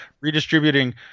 redistributing